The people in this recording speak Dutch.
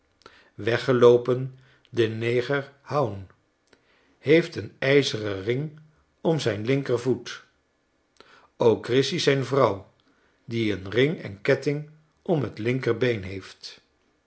weggeloopen de neger hown heeft een ijzeren ring om zijn linker voet ook grisy zijn vrouw die een ring en ketting om t linkerbeen heeft